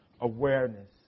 awareness